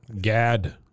Gad